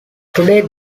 today